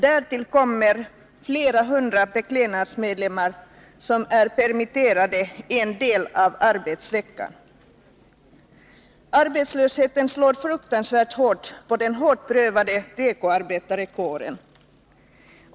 Därtill kommer flera hundra Beklädnadsmedlemmar som är permitterade en del av arbetsveckan. Arbetslösheten slår fruktansvärt hårt på den hårt prövade tekoarbetarkåren.